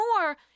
more